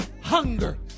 Hunger